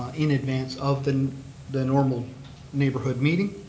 in advance of the the normal neighborhood meeting.